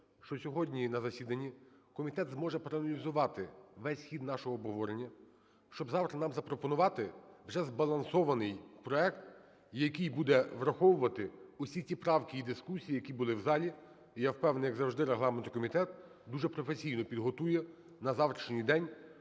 що сьогодні на засіданні комітет зможе проаналізувати весь хід нашого обговорення, щоб завтра нам запропонувати вже збалансований проект, який буде враховувати усі ті правки і дискусії, які були в залі. І я впевнений, як завжди, регламентний комітет дуже професійно підготує на завтрашній день